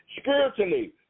spiritually